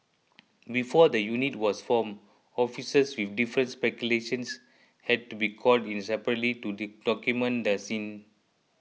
before the unit was formed officers with different specialisations had to be called in separately to document the scene